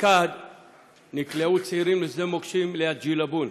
אשתקד נקלעו צעירים לשדה מוקשים ליד ג'ילבון,